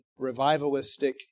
revivalistic